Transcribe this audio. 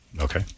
Okay